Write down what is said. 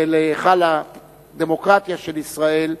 ולהיכל הדמוקרטיה של ישראל,